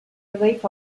relief